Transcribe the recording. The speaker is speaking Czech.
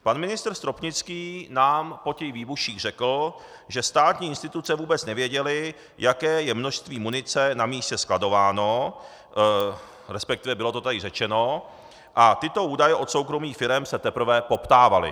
Pan ministr Stropnický nám po těch výbuších řekl, že státní instituce vůbec nevěděly, jaké je množství munice na místě skladováno, respektive bylo to tady řečeno a tyto údaje od soukromých firem se teprve poptávaly.